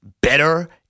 better